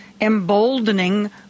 emboldening